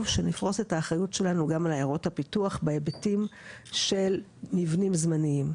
שנפרוס את האחריות שלנו גם על עיירות הפיתוח בהיבטים של מבנים זמניים.